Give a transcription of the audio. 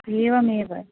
एवमेव